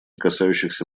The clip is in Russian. касающихся